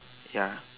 ya